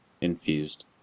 infused